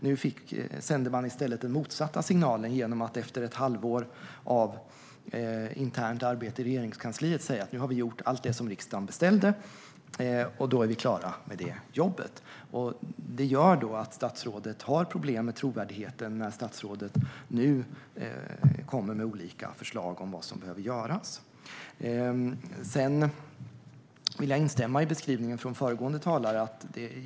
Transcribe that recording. Nu sände man i stället den motsatta signalen genom att efter ett halvår av internt arbete i Regeringskansliet säga att man hade gjort allt som riksdagen beställt och därför var klara med jobbet. Detta gör att statsrådet får problem med trovärdigheten när statsrådet nu kommer med olika förslag om vad som behöver göras. Jag instämmer i föregående talares beskrivning.